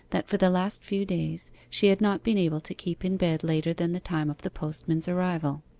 that for the last few days, she had not been able to keep in bed later than the time of the postman's arrival.